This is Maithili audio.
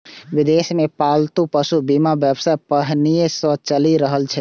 विदेश मे पालतू पशुक बीमा व्यवसाय पहिनहि सं चलि रहल छै